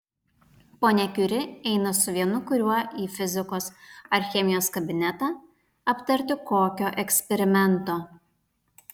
ponia kiuri eina su vienu kuriuo į fizikos ar chemijos kabinetą aptarti kokio eksperimento